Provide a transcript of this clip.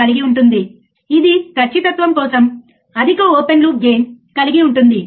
మళ్ళీ multimeter DC degree సెంటీగ్రేడ్లో ఉంది